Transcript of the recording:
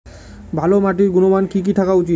ভালো মাটির গুণমান কি কি থাকা উচিৎ?